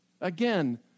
Again